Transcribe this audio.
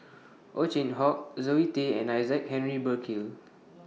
Ow Chin Hock Zoe Tay and Isaac Henry Burkill